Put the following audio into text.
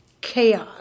chaos